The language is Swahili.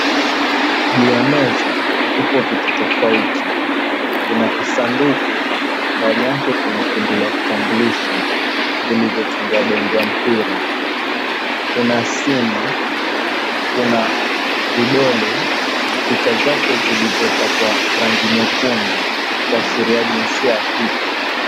Juu ya meza, vipo vitu tofauti. Kuna kisanduku ndani yake kuna kundi la vitambulisho vilivyofungwa bendi ya mpira. Kuna simu, kuna vidole, kucha zake zilizopakwa rangi nyekundu kuashiria jinsia ya kike.